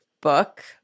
book